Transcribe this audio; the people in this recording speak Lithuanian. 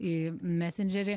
į mesendžerį